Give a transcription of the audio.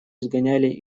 изгоняли